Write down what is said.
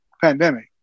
pandemic